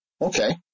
Okay